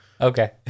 Okay